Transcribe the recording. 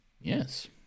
Yes